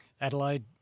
Adelaide